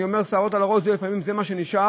אני אומר: בשערות הראש, לפעמים זה מה שנשאר,